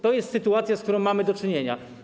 To jest sytuacja, z którą mamy do czynienia.